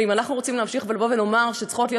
ואם אנחנו רוצים להמשיך לומר שצריכות להיות